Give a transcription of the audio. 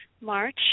March